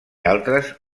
altres